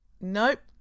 Nope